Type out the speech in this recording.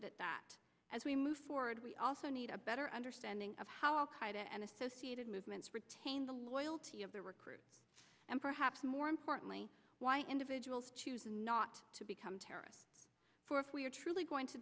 it at that as we move forward we also need a better understanding of how al qaeda and associated movements retain the loyalty of the recruit and perhaps more importantly why individuals choose not to become terrorists for if we are truly going to